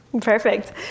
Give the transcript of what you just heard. Perfect